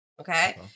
Okay